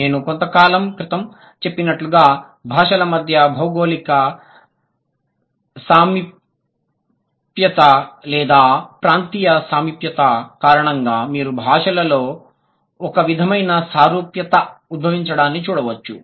నేను కొంతకాలం క్రితం చెప్పినట్లుగా భాషల మధ్య భౌగోళిక సామీప్యత లేదా ప్రాంతీయ సామీప్యత కారణంగా మీరు భాషలలో ఒక విధమైన సారూప్యత ఉద్భవించడాన్ని చూడవచ్చు